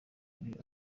ariko